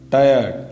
Tired